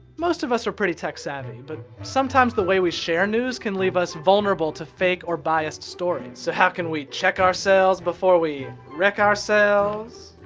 most of us are pretty tech-savvy. but sometimes the way we share news can leave us vulnerable to fake or biased stories. so, how can we check ourselves before we wreck ourselves?